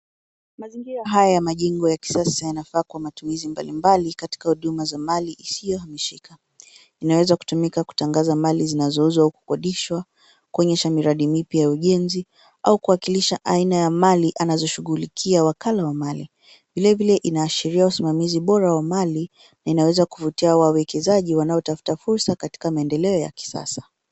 Mazingira haya ya majengo ya kisasa yanafaa kwa matumizi mbalimbali katika huduma za mali isiyohamishika. Inaweza kutumika kutangaza mali zinazouzwa au kukodishwa, kuonyesha miradi mipya ya ujenzi au kuwakilisha aina ya mali anazoshughulikia wakala wa mali. Vile vile inaasbiria usimamizi bora wa mali inayoweza kuvutia wawekezaji wanaotafuta fursa katika maendeleo ya kisasa.